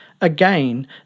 Again